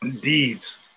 deeds